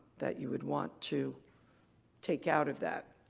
that you would want to take out of that.